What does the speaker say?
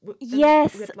Yes